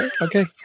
Okay